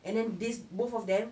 and then this both of them